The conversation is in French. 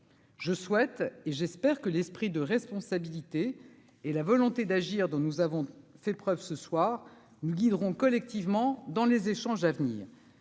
je souhaite et j'espère que l'esprit de responsabilité et la volonté d'agir, dont nous avons fait preuve ce soir nous guideront collectivement dans les échanges à venir,